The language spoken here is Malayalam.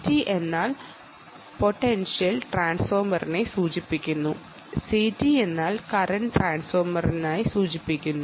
PT എന്നാൽ പൊട്ടെൻഷ്യൽ ട്രാൻസ്ഫോർമറിനെ സൂചിപ്പിക്കുന്നു CT എന്നാൽ കറൻറ് ട്രാൻസ്ഫോർമറിനെയും സൂചിപ്പിക്കുന്നു